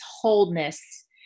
wholeness